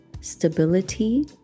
stability